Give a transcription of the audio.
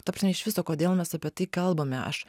ta prasme iš viso kodėl mes apie tai kalbame aš